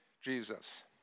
Jesus